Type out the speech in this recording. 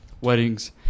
weddings